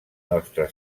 nostra